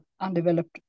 undeveloped